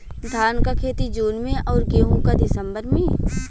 धान क खेती जून में अउर गेहूँ क दिसंबर में?